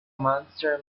monster